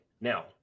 Now